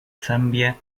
zambia